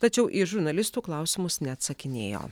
tačiau į žurnalistų klausimus neatsakinėjo